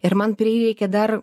ir man prireikė dar